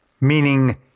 meaning